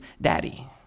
daddy